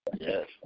yes